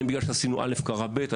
אם בגלל שעשינו א׳ אז קרה ב׳,